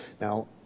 Now